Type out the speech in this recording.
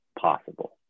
possible